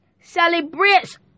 celebrates